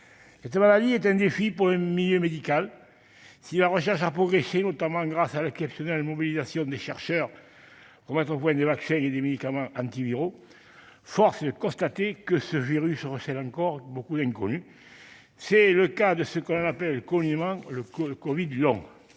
Cette maladie est un défi pour le milieu médical. Si la recherche a progressé, notamment grâce à l'exceptionnelle mobilisation des chercheurs pour mettre au point des vaccins et des médicaments antiviraux, force est de constater que ce virus présente encore beaucoup d'inconnues. C'est le cas de ce que l'on appelle communément le covid long.